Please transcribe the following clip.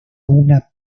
una